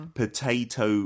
potato